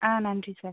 ஆ நன்றி சார்